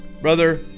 Brother